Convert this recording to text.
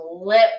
lip